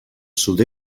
sud